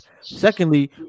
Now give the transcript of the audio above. Secondly